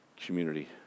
community